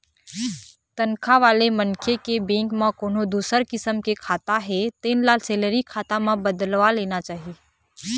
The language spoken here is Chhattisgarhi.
तनखा वाले मनखे के बेंक म कोनो दूसर किसम के खाता हे तेन ल सेलरी खाता म बदलवा लेना चाही